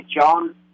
John